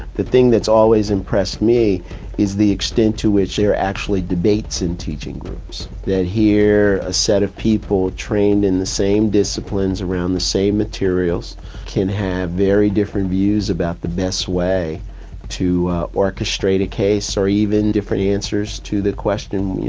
the thing that's always impressed me is the extent to which there are actually debates in teaching groups, that here, a set of people trained in the same disciplines around the same materials can have very different views about the best way to orchestrate a case or even different answers to the question,